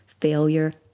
Failure